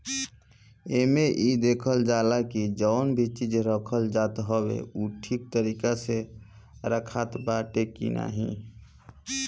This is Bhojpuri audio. एमे इ देखल जाला की जवन भी चीज रखल जात हवे उ ठीक तरीका से रखात बाटे की नाही